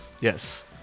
Yes